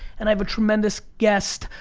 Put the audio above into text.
and i have a tremendous guest,